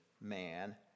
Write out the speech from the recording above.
man